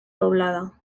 doblada